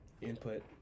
input